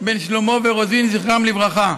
בן שלמה ורוזין זכרם לברכה,